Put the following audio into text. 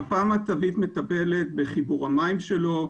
מפה מצבית מטפלת בחיבור המים שלו,